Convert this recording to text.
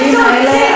נשים ואתה זורק